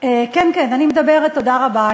כן, כן, אני מדברת, תודה רבה.